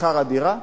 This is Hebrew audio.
שכר הדירה,